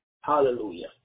Hallelujah